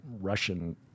Russian